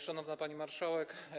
Szanowna Pani Marszałek!